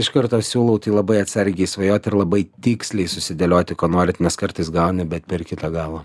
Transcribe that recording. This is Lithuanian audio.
iš karto siūlau tai labai atsargiai svajoti ir labai tiksliai susidėlioti ko norit nes kartais gauni bet per kitą galą